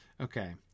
Okay